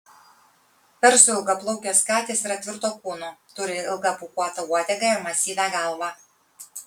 persų ilgaplaukės katės yra tvirto kūno turi ilgą pūkuotą uodegą ir masyvią galvą